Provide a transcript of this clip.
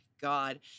god